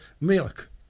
milk